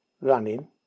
running